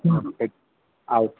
ठीक अच्छा